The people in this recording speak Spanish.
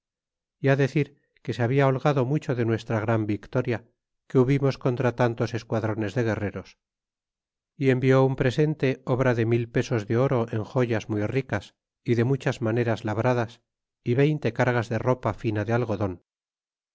y decir que se habia holgado mucho de nuestra gran victoria que hubimos contra tantos esquadrones de guerreros y envió un presente obra de mil pesos de oro en joyas muy ricas y de muchas maneras labradas y veinte cargas de ropa fina de algodon